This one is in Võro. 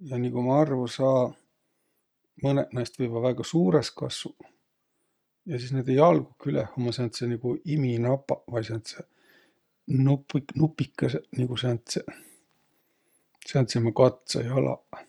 Ja nigu ma arvo saa, mõnõq näist võivaq väega suurõs kassuq. Ja sis näide jalgo küleh ummaq sääntseq nigu iminapaq vai sääntseq nupik- nupikõsõq nigu sääntseq. Sääntseq ummaq katsajalaq.